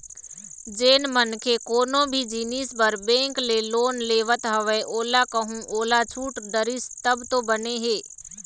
जेन मनखे कोनो भी जिनिस बर बेंक ले लोन लेवत हवय ओला कहूँ ओहा छूट डरिस तब तो बने हे